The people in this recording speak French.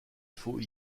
faut